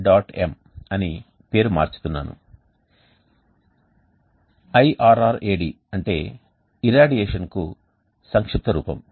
m అని పేరు మార్చుతున్నాను irrad అంటే ఇరాడియేషన్ కు సంక్షిప్త రూపం